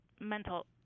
mental